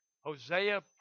Hosea